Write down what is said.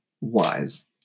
wise